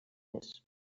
més